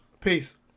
Peace